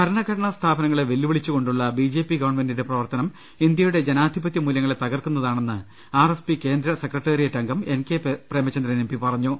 ഭരണഘനഘടനാ സ്ഥാപനങ്ങളെ വെല്ലുവിളിച്ചു കൊണ്ടുള്ള ബിജെപി ഗവൺമെന്റിന്റെ പ്രവർത്തന്റ് ഇന്ത്യയുടെ ജനാധിപത്യ മൂല്യങ്ങളെ തകർക്കുന്നതാ ണെന്ന് ആർഎസ്പി കേന്ദ്ര സെക്രട്ടറിയേറ്റ് അംഗം എൻ കെ പ്രേമചന്ദ്രൻ എംപി പറഞ്ഞു